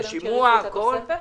שימוע וכולי?